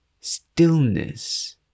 stillness